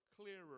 clearer